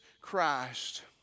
Christ